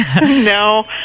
No